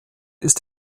ist